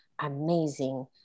amazing